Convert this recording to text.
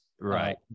Right